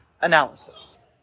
Analysis